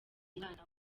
umwana